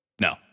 No